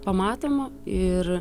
pamatoma ir